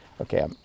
Okay